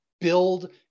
build